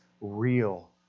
real